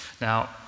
Now